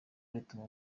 rituma